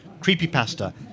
Creepypasta